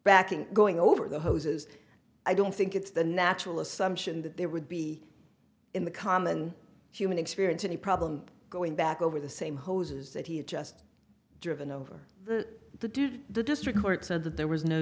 back and going over the hoses i don't think it's the natural assumption that there would be in the common human experience any problem going back over the same hoses that he had just driven over the do the district court said that there was no